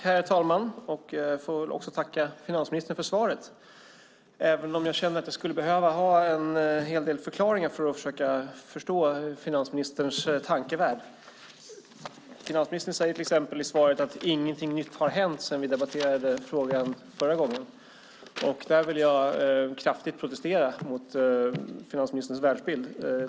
Herr talman! Jag tackar finansministern för svaret även om jag skulle behöva ha en del förklaringar för att försöka förstå hur han tänker. Finansministern sade till exempel i svaret att inget nytt har hänt sedan vi debatterade frågan senast. Det vill jag kraftigt protestera mot.